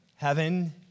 Heaven